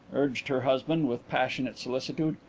urged her husband, with passionate solicitude.